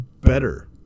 better